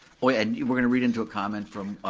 oh, and we're gonna read into a comment from